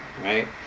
right